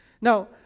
Now